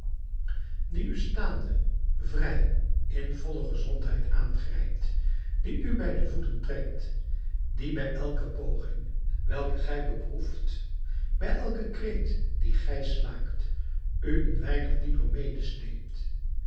die u staande vrij in volle gezondheid aangrijpt die u bij de voeten trekt die bij elke poging welke gij beproeft bij elken kreet dien gij slaakt u een weinig dieper